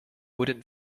wooden